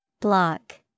Block